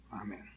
amen